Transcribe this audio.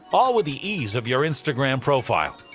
all with the ease of your instagram profile.